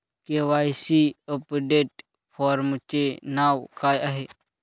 KYC update फॉर्मचे नाव काय आहे?